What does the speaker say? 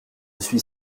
suis